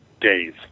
days